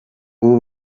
ubu